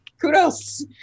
kudos